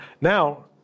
Now